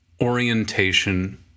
orientation